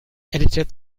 edited